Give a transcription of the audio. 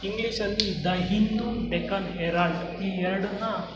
ಇಂಗ್ಲೀಷಲ್ಲಿ the Hindu Deccan Herald ಈ ಎರಡನ್ನ